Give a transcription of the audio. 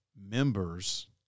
members